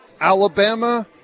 alabama